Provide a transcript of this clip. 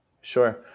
Sure